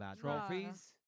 Trophies